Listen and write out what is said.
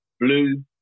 blue